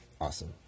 awesome